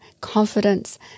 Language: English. confidence